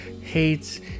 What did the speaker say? hates